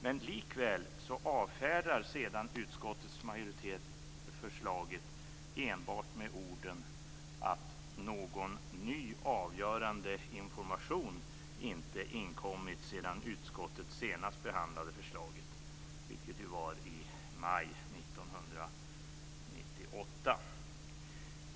Men likväl avfärdar sedan utskottets majoritet förslaget enbart med orden att "det inte inkommit någon avgörande ny information sedan utskottet senast beredde" förslaget. Det var i maj 1998.